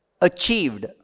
achieved